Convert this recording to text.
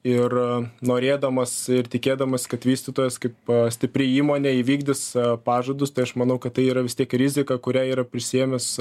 ir norėdamas ir tikėdamas kad vystytojas kaip stipri įmonė įvykdys pažadus tai aš manau kad tai yra vis tiek rizika kurią yra prisiėmęs